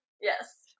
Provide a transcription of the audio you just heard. Yes